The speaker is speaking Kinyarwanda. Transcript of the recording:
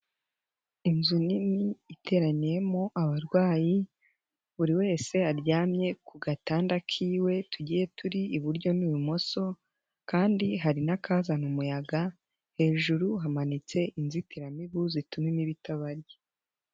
Inzu nini iteraniyemo abarwayi, buri wese aryamye ku gatanda kiwe tugiye turi iburyo n'ibumoso kandi hari n'akazana umuyaga, hejuru hamanitse inzitiramibu zituma imibu itabarya.